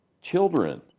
children